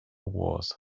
wars